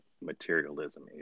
materialism